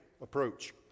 approach